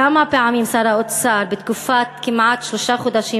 כמה פעמים שר האוצר, בתקופת כמעט שלושה חודשים,